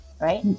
right